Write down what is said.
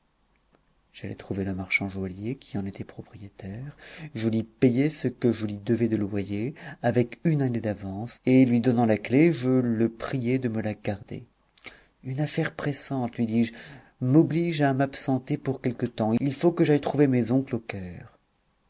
j'allai trouver le marchand joaillier qui en était propriétaire je lui payai ce que je lui devais de loyer avec une année d'avance et lui donnant la clef je le priai de me la garder une affaire pressante lui dis-je m'oblige à m'absenter pour quelque temps il faut que j'aille trouver mes oncles au